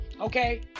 okay